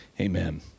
Amen